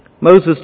Moses